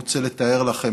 לכן.